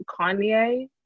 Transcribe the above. Kanye